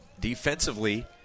defensively